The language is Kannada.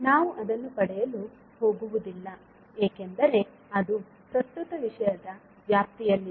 ನಾವು ಅದನ್ನು ಪಡೆಯಲು ಹೋಗುವುದಿಲ್ಲ ಏಕೆಂದರೆ ಅದು ಪ್ರಸ್ತುತ ವಿಷಯದ ವ್ಯಾಪ್ತಿಯಲ್ಲಿಲ್ಲ